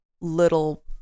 little